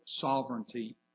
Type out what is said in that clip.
sovereignty